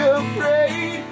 afraid